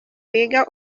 wiga